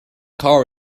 car